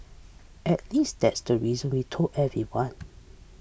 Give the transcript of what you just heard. at least that's the reason we told everyone